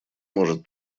может